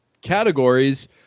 Categories